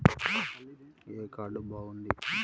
ఏ card బాగుంది?